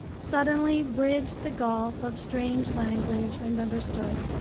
suddenly bridged the gulf of strange language and understood.